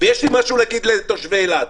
יש לי משהו להגיד לתושבי אילת: